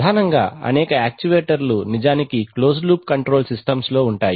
ప్రధానంగా అనేక యాక్చువేటర్ల నిజానికి క్లోజ్డ్ లూప్ కంట్రోల్ సిస్టమ్స్ లో ఉంటాయి